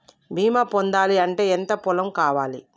బీమా పొందాలి అంటే ఎంత పొలం కావాలి?